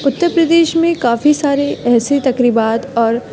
اتر پردیش میں کافی سارے ایسے تقریبات اور